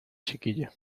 chiquillo